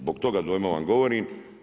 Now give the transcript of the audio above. Zbog toga dojma vam govorim.